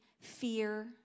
fear